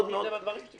אמרתי את זה בדברים שלי.